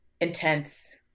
intense